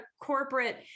corporate